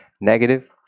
Negative